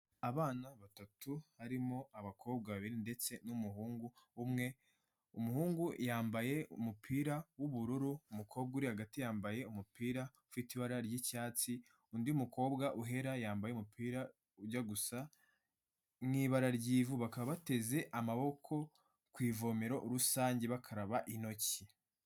Abana batatu barimo abakobwa babiri ndetse n'umuhungu umwe, umuhungu yambaye umupira w'ubururu, umukobwa uri hagati yambaye umupira ufite ibara ry'icyatsi undi mukobwa uhera, yambaye umupira ujya gusa mu ibara ry'ivu, bakaba bateze amaboko ku ivomero rusange bakaraba intoki.